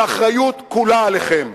והאחריות כולה עליכם.